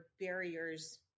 barriers